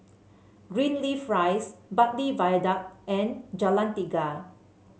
Greenleaf Rise Bartley Viaduct and Jalan Tiga